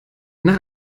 nach